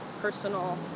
personal